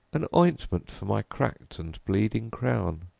an ointment for my cracked and bleeding crown.